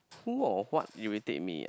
who or what irritate me ah